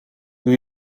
doe